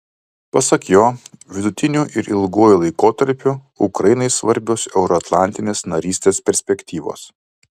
pasak jo vidutiniu ir ilguoju laikotarpiu ukrainai svarbios euroatlantinės narystės perspektyvos